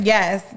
Yes